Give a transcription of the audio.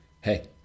hey